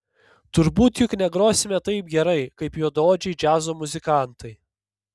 turbūt juk negrosime taip gerai kaip juodaodžiai džiazo muzikantai